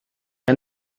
can